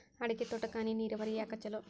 ಅಡಿಕೆ ತೋಟಕ್ಕ ಹನಿ ನೇರಾವರಿಯೇ ಯಾಕ ಛಲೋ?